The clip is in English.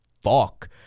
fuck